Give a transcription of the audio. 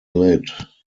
lid